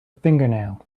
fingernail